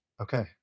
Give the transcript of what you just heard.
okay